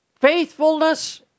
faithfulness